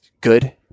good